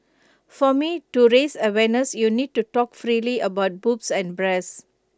for me to raise awareness you need to talk freely about boobs and breasts